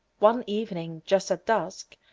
one evening, just at dusk,